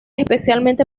especialmente